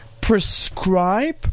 prescribe